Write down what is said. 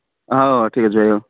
ହଉ ହଉ ଠିକ୍ ଅଛି ଭାଇ ହଉ